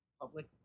public